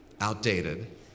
outdated